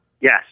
Yes